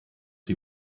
sie